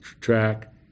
track